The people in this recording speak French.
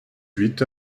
huit